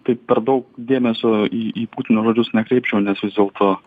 taip per daug dėmesio į į putino žodžius nekreipčiau nes vis dėlto